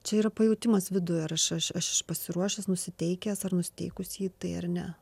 čia yra pajautimas viduj ar aš aš pasiruošęs nusiteikęs ar nusiteikusi į tai ar ne